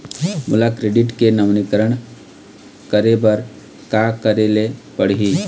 मोला क्रेडिट के नवीनीकरण करे बर का करे ले पड़ही?